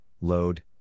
load